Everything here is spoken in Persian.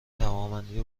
توانمندی